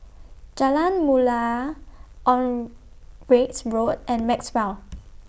Jalan Mulia Onraet's Road and Maxwell